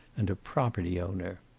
and a property owner.